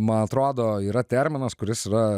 man atrodo yra terminas kuris yra